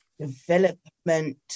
development